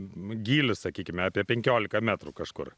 gylis sakykime apie penkiolika metrų kažkur